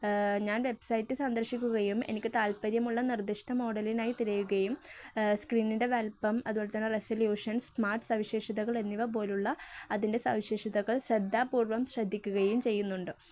ആ ഞാൻ വെബ്സൈറ്റ് സന്ദർശിക്കുകയും എനിക്കു താല്പര്യമുള്ള നിർദ്ദിഷ്ട മോഡലിനായി തിരയുകയും സ്ക്രീനിൻ്റെ വലിപ്പം അതുപോലെതന്നെ റെസലൂഷൻ സ്മാർട്ട് സവിശേഷതകൾ എന്നിവ പോലുള്ള അതിൻ്റെ സവിശേഷതകൾ ശ്രദ്ധാപൂർവം ശ്രദ്ധിക്കുകയും ചെയ്യുന്നുണ്ട്